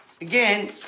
again